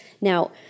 Now